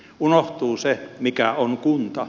unohtuu se mikä on kunta